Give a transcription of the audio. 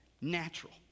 natural